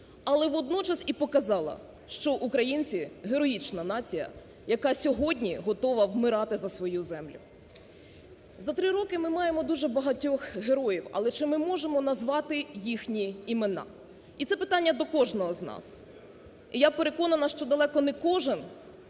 Але водночас і показала, що українці героїчна нація, яка сьогодні готова вмирати за свою землю. За три роки ми маємо дуже багатьох героїв, але чи ми можемо назвати їхні імена? І це питання до кожного з нас. І я переконана, що далеко е кожен